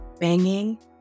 banging